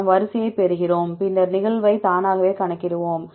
நாம் வரிசையைப் பெறுகிறோம் பின்னர் நிகழ்வை தானாகவே கணக்கிடுவோம்